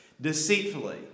deceitfully